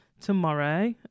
tomorrow